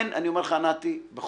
נתי ביאליסטוק,